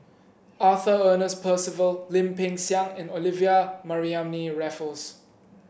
Arthur Ernest Percival Lim Peng Siang and Olivia Mariamne Raffles